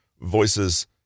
voices